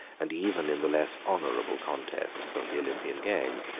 and even in the less honorable contests of the olympian games.